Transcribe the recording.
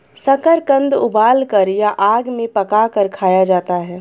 शकरकंद उबालकर या आग में पकाकर खाया जाता है